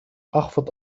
أخفض